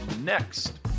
next